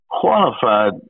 qualified